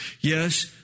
Yes